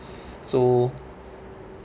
so